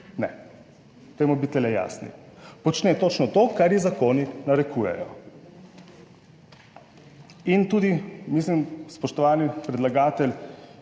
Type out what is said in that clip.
Ne. Dajmo biti jasni, počne točno to, kar ji zakoni narekujejo. In tudi, mislim, spoštovani predlagatelj,